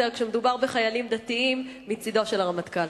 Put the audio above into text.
כשמדובר בחיילים דתיים מצדו של הרמטכ"ל.